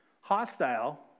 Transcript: hostile